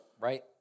Right